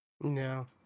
No